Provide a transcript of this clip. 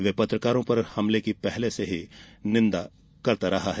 वह पत्रकारों पर हमले की पहले से निन्दा करता रहा है